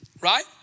Right